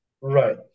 Right